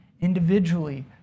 individually